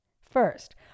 First